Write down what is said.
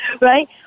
right